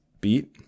beat